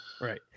Right